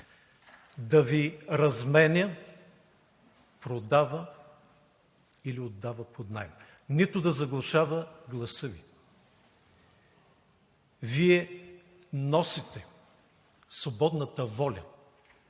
да Ви разменя, продава или отдава под наем, нито да заглушава гласа Ви. Вие носите свободната воля